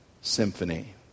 Symphony